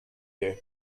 you